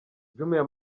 jumia